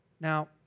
Now